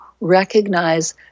recognize